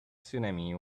tsunami